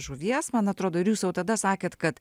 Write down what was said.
žuvies man atrodo ir jūs jau tada sakėt kad